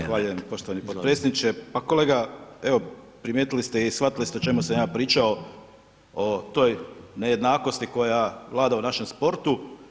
Zahvaljujem poštovani podpredsjedniče, pa kolega evo primijetili ste i shvatili ste o čemu sam ja pričao, o toj nejednakosti koja vlada u našem sportu.